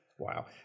Wow